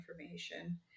information